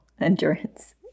endurance